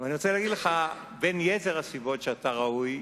אני רוצה להגיד לך שבין יתר הסיבות שבגללן אתה ראוי,